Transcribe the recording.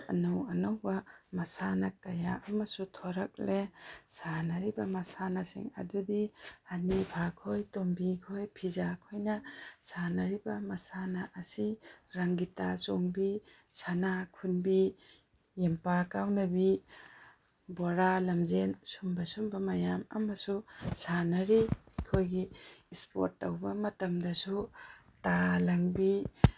ꯑꯅꯧ ꯑꯅꯧꯕ ꯃꯁꯥꯟꯅ ꯀꯌꯥ ꯑꯃꯁꯨ ꯊꯣꯔꯛꯂꯦ ꯁꯥꯟꯅꯔꯤꯕ ꯃꯁꯥꯟꯅꯁꯤꯡ ꯑꯗꯨꯗꯤ ꯍꯅꯤꯐꯥ ꯈꯣꯏ ꯇꯣꯝꯕꯤ ꯈꯣꯏ ꯐꯤꯖꯥ ꯈꯣꯏꯅ ꯁꯥꯅꯔꯤꯕ ꯃꯁꯥꯟꯅ ꯑꯁꯤ ꯔꯪꯒꯤꯇꯥ ꯆꯣꯡꯕꯤ ꯁꯅꯥ ꯈꯨꯟꯕꯤ ꯌꯦꯟꯕꯥ ꯀꯥꯎꯅꯕꯤ ꯕꯣꯔꯥ ꯂꯦꯝꯖꯦꯜ ꯁꯨꯝꯕ ꯁꯨꯝꯕ ꯃꯌꯥꯝ ꯑꯃꯁꯨ ꯁꯥꯅꯔꯤ ꯑꯩꯈꯣꯏꯒꯤ ꯏꯁꯄꯣꯔꯠ ꯇꯧꯕ ꯃꯇꯝꯗꯁꯨ ꯇꯥ ꯂꯪꯕꯤ